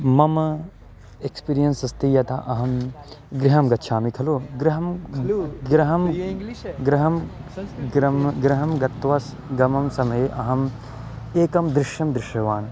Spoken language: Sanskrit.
मम एक्स्पिरियन्स् अस्ति यथा अहं गृहं गच्छामि खलु गृहं गृहं गृहं गृहं गृहं गत्वा गमनसमये अहम् एकं दृश्यं दृष्टवान्